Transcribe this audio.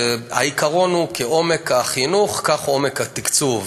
העיקרון הוא: כעומק החינוך, כך עומק התקצוב.